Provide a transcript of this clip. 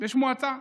יש מועצה,